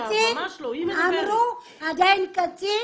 אמרו, עדיין קטין.